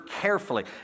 carefully